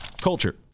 Culture